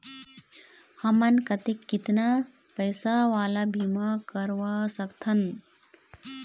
हमन कतेक कितना पैसा वाला बीमा करवा सकथन?